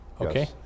Okay